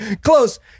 close